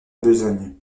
besogne